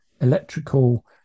electrical